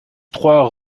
trois